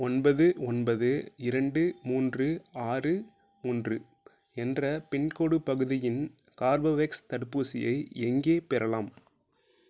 ஒன்பது ஒன்பது இரண்டு மூன்று ஆறு மூன்று என்ற பின்கோடு பகுதியின் கார்பவேக்ஸ் தடுப்பூசியை எங்கே பெறலாம்